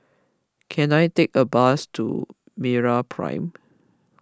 can I take a bus to MeraPrime